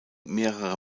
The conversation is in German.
mehrerer